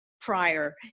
prior